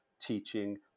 teaching